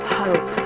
hope